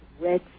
red